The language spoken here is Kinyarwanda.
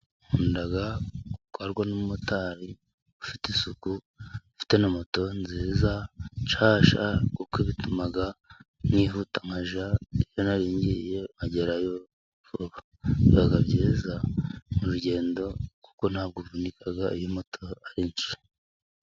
Nkunda gutwarwa n'umumotari ufite isuku ufite na moto nziza nshyashya, kuko bituma nihuta nkajya iyo nari ngiye nkagerayo vuba, biba byiza mu rugendo kuko ntabwo mvunika iyo moto ari nshya.